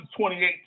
2018